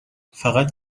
فقط